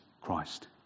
Christ